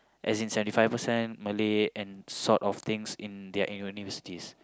as in seventy five percent Malay and sort of things in their universities